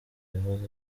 yahoze